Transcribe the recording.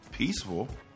Peaceful